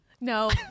No